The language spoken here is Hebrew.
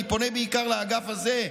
אני פונה בעיקר לאגף הזה,